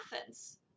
Athens